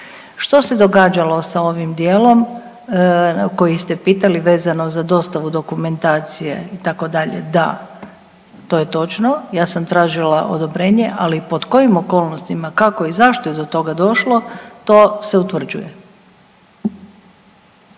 Što se događalo sa ovim dijelom koji ste pitali vezano za dostavu dokumentacije itd., da, to je točno ja sam tražila odobrenje, ali pod kojim okolnostima, kako i zašto je do toga došlo, to se utvrđuje.